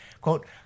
quote